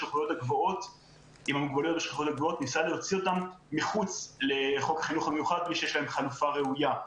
בשכבות הגבוהות אל מחוץ לחוק החינוך המיוחד כי יש להם חלופה ראויה.